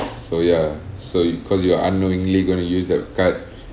so ya so you cause you're unknowingly gonna use the card